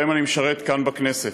שבהן אני משרת כאן בכנסת,